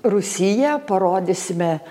rūsyje parodysime